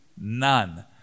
none